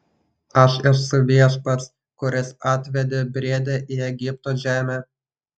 aš esu viešpats kuris atvedė briedę į egipto žemę